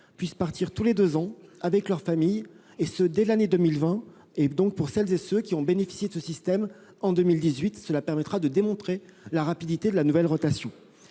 puissent partir tous les deux ans, avec leur famille, et ce dès l'année 2020. Pour celles et ceux qui ont bénéficié de ce système en 2018, cela permettra de démontrer la rapidité de la nouvelle rotation.